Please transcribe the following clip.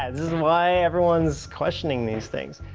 is is why everyone is questioning these things.